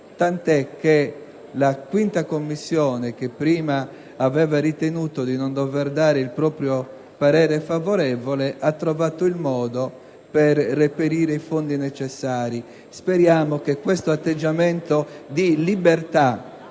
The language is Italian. tant'è che la 5a Commissione, che prima aveva ritenuto di non dover dare il proprio parere favorevole, ha trovato poi il modo per reperire i fondi necessari. Speriamo che questo atteggiamento di libertà